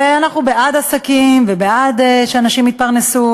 ואנחנו בעד עסקים ובעד שאנשים יתפרנסו,